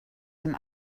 dem